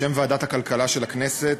בשם ועדת הכלכלה של הכנסת,